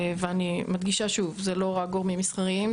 אני מדגישה שוב, זה לא רק גורמים מסחריים.